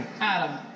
Adam